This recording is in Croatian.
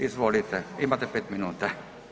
Izvolite imate 5 minuta.